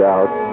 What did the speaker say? Out